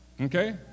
Okay